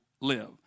live